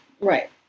Right